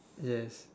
yes